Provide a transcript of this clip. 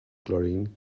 chlorine